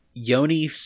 yoni